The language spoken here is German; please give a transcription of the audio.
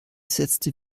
setzte